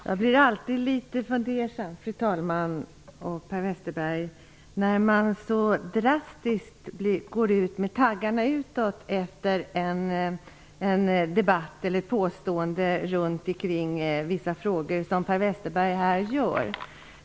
Fru talman! Per Westerberg! Jag blir alltid litet fundersam när någon vänder taggarna utåt i en debatt eller efter ett påstående på det sätt som Per Westerberg gör här.